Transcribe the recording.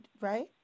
right